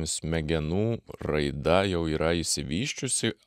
smegenų raida jau yra išsivysčiusi